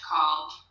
called